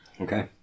Okay